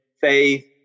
faith